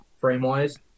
frame-wise